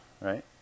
right